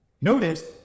notice